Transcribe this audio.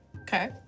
Okay